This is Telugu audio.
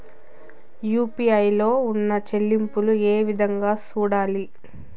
యు.పి.ఐ లో ఉన్న చెల్లింపులు ఏ విధంగా సూడాలి